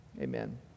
Amen